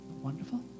Wonderful